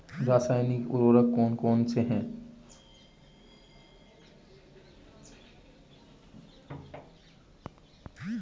रासायनिक उर्वरक कौन कौनसे हैं?